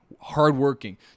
hardworking